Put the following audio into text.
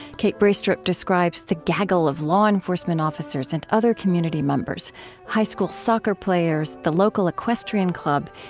kate braestrup describes the gaggle of law enforcement officers and other community members high school soccer players, the local equestrian club,